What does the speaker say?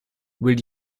will